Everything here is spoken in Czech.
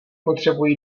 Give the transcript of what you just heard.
potřebují